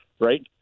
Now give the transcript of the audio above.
right